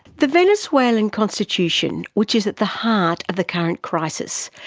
the venezuelan constitution, which is at the heart of the current crisis,